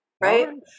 Right